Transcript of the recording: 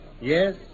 Yes